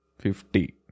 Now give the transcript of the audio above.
Fifty